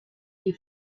die